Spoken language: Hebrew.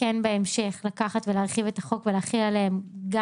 בהמשך להרחיב את החוק להחיל עליהם גם